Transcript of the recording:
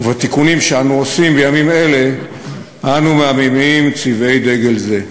ובתיקונים שאנו עושים בימים אלה אנו מעמעמים צבעי דגל זה.